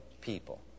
people